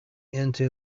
into